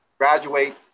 graduate